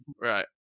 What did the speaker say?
Right